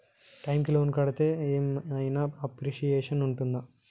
Time కి loan కడ్తే ఏం ఐనా అప్రిషియేషన్ ఉంటదా?